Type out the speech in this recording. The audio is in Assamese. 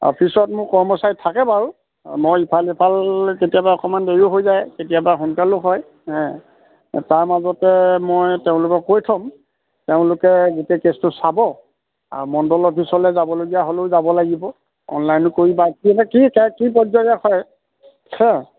অফিছত মোৰ কৰ্মচাৰী থাকে বাৰু মই ইফাল ইফাল কেতিয়াবা অকণমান দেৰিও হৈ যায় কেতিয়াবা সোনকালো হয় তাৰ হে মাজতে মই তেওঁলোকে কৈ থ'ম তেওঁলোকে গোটেই কেছটো চাব আৰু মণ্ডল অফিচলৈ যাবলগীয়া হ'লেও যাব লাগিব অনলাইনো কৰিবা কেনে কি কি কি পৰ্য্য়ায়ত হয় হা